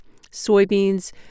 Soybeans